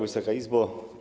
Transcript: Wysoka Izbo!